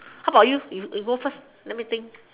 how about you you go first let me think